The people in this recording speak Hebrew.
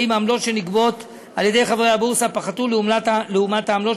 ואם העמלות שנגבות על-ידי חברי הבורסה פחתו לעומת העמלות